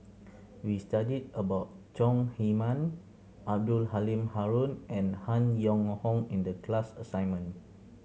we studied about Chong Heman Abdul Halim Haron and Han Yong Hong in the class assignment